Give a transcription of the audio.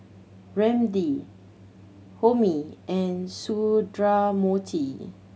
Ramdev Homi and Sundramoorthy